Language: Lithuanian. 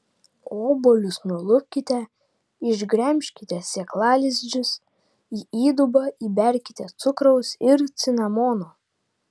obuolius nulupkite išgremžkite sėklalizdžius į įdubą įberkite cukraus ir cinamono